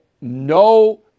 no